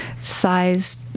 size